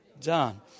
done